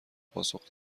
پاسخ